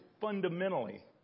fundamentally